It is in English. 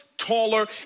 Taller